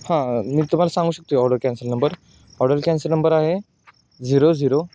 हां मी तुम्हाला सांगू शकतो order cancel number order cancel number आहे झिरो झिरो